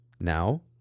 Now